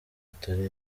atari